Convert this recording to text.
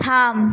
থাম